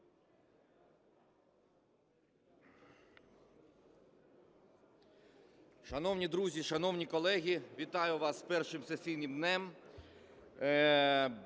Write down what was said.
Шановні друзі, шановні колеги, вітаю вас з першим сесійним днем!